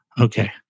okay